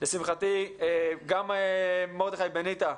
לשמחתי גם מרדכי בניטה,